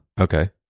Okay